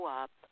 up